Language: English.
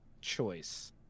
choice